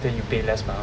then you pay less mah